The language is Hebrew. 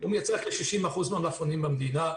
הוא מייצר 60% מהמלפפונים במדינה,